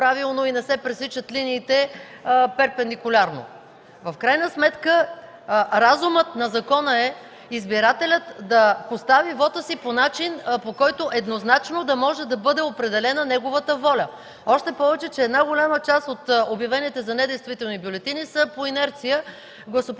точно, правилно и линиите не се пресичат перпендикулярно. В крайна сметка разумът на закона е избирателят да постави вота си по начин, по който еднозначно да може да бъде определена неговата воля. Още повече че голяма част от обявените за недействителни бюлетини са по инерция гласоподаватели,